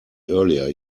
earlier